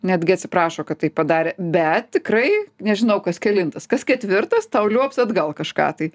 netgi atsiprašo kad tai padarė bet tikrai nežinau kas kelintas kas ketvirtas tau liuops atgal kažką tai